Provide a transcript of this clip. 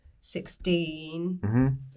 sixteen